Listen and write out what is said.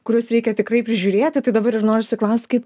kuriuos reikia tikrai prižiūrėti tai dabar ir norisi klaust kaip